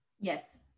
Yes